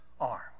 Arm